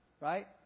Right